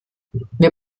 wir